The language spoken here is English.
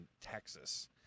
texas